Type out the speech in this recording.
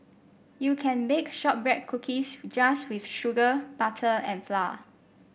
you can bake shortbread cookies just with sugar butter and flour